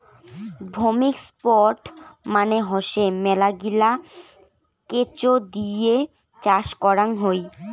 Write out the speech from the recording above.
vermicompost মানে হসে মেলাগিলা কেঁচো দিয়ে চাষ করাং হই